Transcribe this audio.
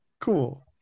Cool